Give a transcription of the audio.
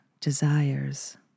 desires